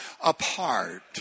apart